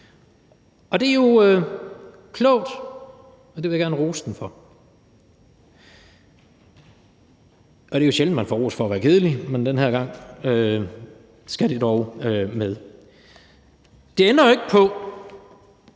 an. Det er jo klogt, og det vil jeg gerne rose den for. Det er jo sjældent, man får ros for at være kedelig, men den her gang skal det dog med. Det ændrer jo ikke på,